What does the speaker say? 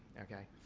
okay?